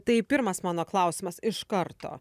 tai pirmas mano klausimas iš karto